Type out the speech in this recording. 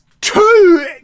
two